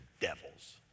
devils